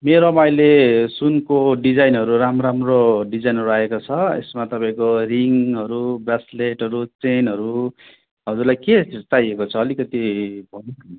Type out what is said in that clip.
मेरोमा अहिले सुनको डिजाइनहरू राम्रो राम्रो डिजाइनहरू आएको छ यसमा तपाईँको रिङहरू ब्रासलेटहरू चेनहरू हजुरलाई के चाहिएको छ अलिकति